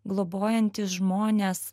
globojantys žmonės